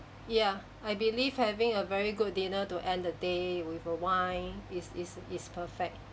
yeah I believe having a very good dinner to end the day with a wine is is is perfect